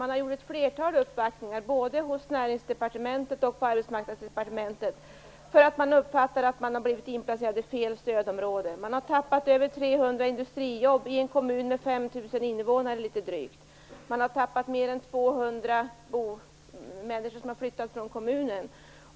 Man har gjort ett flertal uppvaktningar både på Näringsdepartementet och på Arbetsmarknadsdepartementet för att man uppfattar att man har blivit inplacerad i fel stödområde. Man har tappat över 300 industrijobb i en kommun med drygt 5 000 invånare. Mer än 200 människor har flyttat från kommunen.